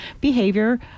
behavior